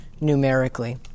numerically